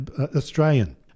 Australian